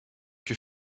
que